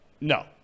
no